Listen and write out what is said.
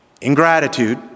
ingratitude